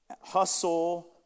hustle